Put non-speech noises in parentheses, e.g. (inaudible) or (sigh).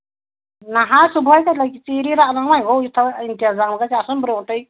نہ حظ صبُحٲے کَتہِ لگہِ ژیٖری رنو (unintelligible) او یہِ تھاوَو اِنتِظام گژھِ آسُن برٛونٛٹھٕے